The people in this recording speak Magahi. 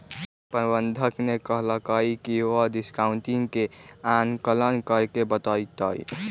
प्रबंधक ने कहल कई की वह डिस्काउंटिंग के आंकलन करके बतय तय